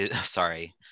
sorry